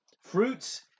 fruits